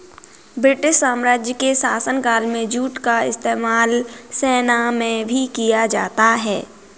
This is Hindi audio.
ब्रिटिश साम्राज्य के शासनकाल में जूट का इस्तेमाल सेना में भी किया जाता था